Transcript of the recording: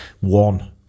One